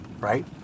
right